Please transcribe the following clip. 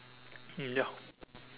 mm ya